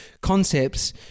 concepts